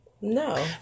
No